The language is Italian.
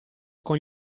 con